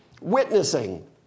witnessing